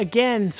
Again